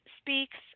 Speaks